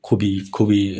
খুবই খুবই